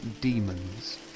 demons